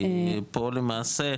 כי פה למעשה,